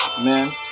man